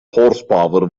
horsepower